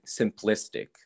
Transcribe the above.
simplistic